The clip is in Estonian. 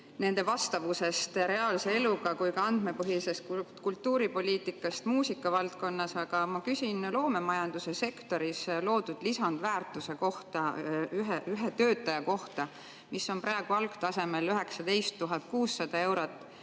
nende vastavusest reaalse eluga, lõpetades andmepõhise kultuuripoliitikaga muusika valdkonnas, aga ma küsin loomemajanduse sektoris loodud lisandväärtuse kohta. See on ühe töötaja kohta praegu algtasemel 19 600 eurot